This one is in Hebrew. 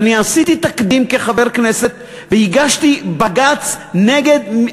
שאני קבעתי תקדים כחבר כנסת והגשתי בג"ץ נגד,